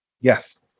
Yes